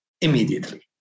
immediately